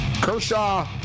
Kershaw